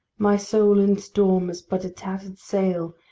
my soul in storm is but a tattered sail,